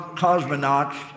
cosmonauts